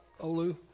Olu